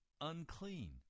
unclean